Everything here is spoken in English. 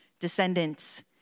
descendants